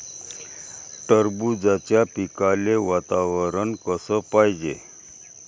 टरबूजाच्या पिकाले वातावरन कस पायजे?